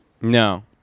No